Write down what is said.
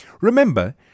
Remember